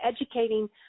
educating